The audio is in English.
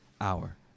hour